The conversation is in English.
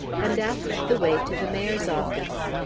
and asked the way to the mayor's office.